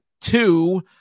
two